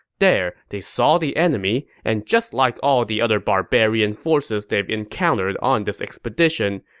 there, they saw the enemy, and just like all the other barbarian forces they've encountered on this expedition,